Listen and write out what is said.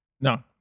No